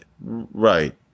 right